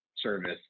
service